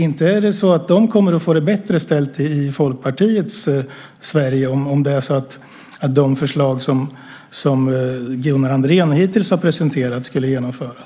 Inte kommer de att få det bättre ställt i Folkpartiets Sverige om de förslag som Gunnar Andrén hittills har presenterat skulle genomföras.